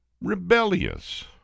Rebellious